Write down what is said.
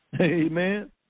Amen